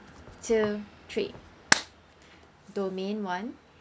two three domain one